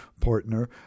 partner